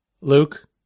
Luke